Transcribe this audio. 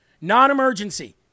Non-emergency